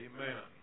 Amen